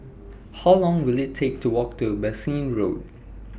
How Long Will IT Take to Walk to Bassein Road